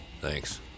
Thanks